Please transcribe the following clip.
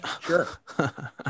Sure